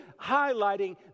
highlighting